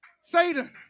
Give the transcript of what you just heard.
Satan